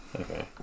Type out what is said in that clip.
Okay